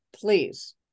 please